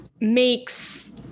makes